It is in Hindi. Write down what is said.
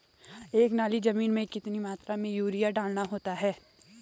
एक नाली जमीन में कितनी मात्रा में यूरिया डालना होता है?